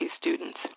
students